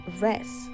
rest